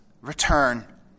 return